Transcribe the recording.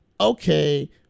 Okay